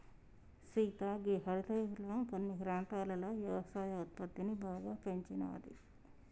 సీత గీ హరిత విప్లవం కొన్ని ప్రాంతాలలో యవసాయ ఉత్పత్తిని బాగా పెంచినాది